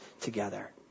together